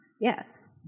Yes